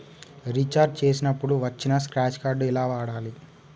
Recharge చేసినప్పుడు వచ్చిన scratch card ఎలా వాడాలి?